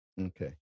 Okay